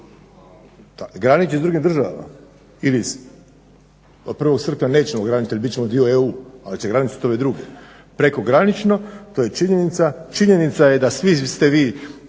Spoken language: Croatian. graniči sa drugim državama. Od 1.srpnja nećemo graničiti jer bit ćemo dio EU ali će graničiti to je drugo, prekogranično. To je činjenica. Činjenica je da svi ste vi